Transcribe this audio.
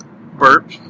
Burp